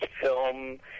film